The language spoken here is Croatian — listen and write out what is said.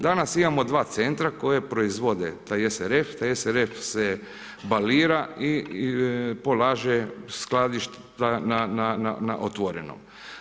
Danas imamo dva centra koji proizvode taj SRF, taj SRF se balira i polaže skladišta na otvorenom.